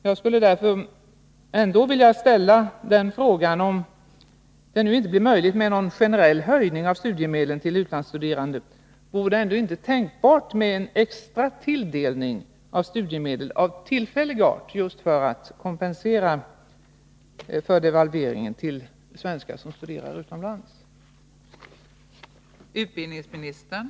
Jag vill därför ställa frågan: Om det inte är möjligt med en generell höjning av studiemedlen till utlandsstuderande, vore det ändå inte tänkbart med en extra tilldelning av studiemedel av tillfällig art för svenskar som studerar utomlands, som kompensation för devalveringen?